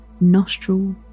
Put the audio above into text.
nostril